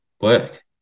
work